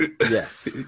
Yes